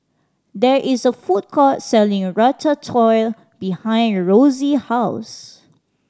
there is a food court selling Ratatouille behind Rosey house